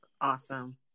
Awesome